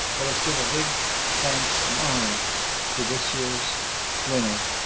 let us give a big thanks and honor to this year's winner,